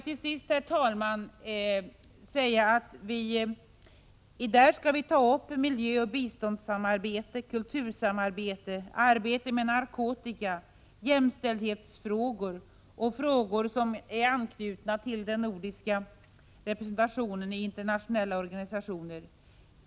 Till sist, herr talman, vill jag framhålla att vi i denna kommitté skall ta upp miljöoch biståndsamarbetet, kultursamarbetet, arbetet med narkotikan, jämställdhetsfrågorna och frågor som är anknytna till den nordiska representationen i internationella organisationer.